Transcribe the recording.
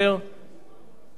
חבר הכנסת יעקב כץ,